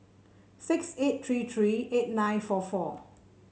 six eight three three eight nine four four